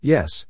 Yes